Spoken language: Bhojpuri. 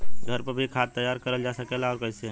घर पर भी खाद तैयार करल जा सकेला और कैसे?